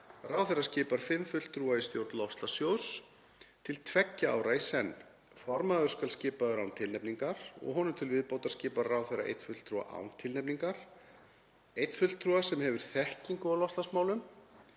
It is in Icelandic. „Ráðherra skipar fimm fulltrúa í stjórn loftslagssjóðs til tveggja ára í senn. Formaður skal skipaður án tilnefningar og honum til viðbótar skipar ráðherra einn fulltrúa án tilnefningar, einn fulltrúa, sem hefur þekkingu á loftslagsmálum,